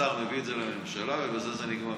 השר מביא את זה לממשלה ובזה זה נגמר.